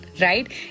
Right